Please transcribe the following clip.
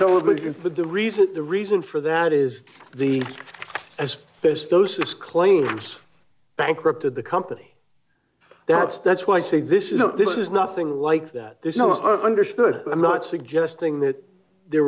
television for the reason the reason for that is the as those claims bankrupted the company that's that's why i say this is this is nothing like that there's no i understood i'm not suggesting that there